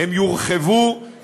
הן יורחבו,